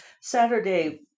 Saturday